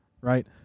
right